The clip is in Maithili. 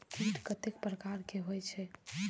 कीट कतेक प्रकार के होई छै?